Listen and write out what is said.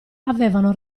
avevano